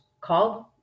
called